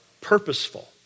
purposeful